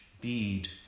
bead